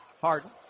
Harden